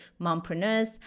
mompreneurs